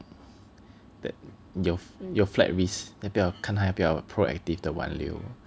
that your your flight risk 要不要看他要不要 proactive 的挽留